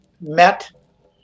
met